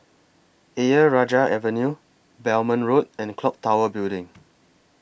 Ayer Rajah Avenue Belmont Road and Clock Tower Building